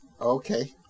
Okay